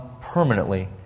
permanently